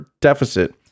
deficit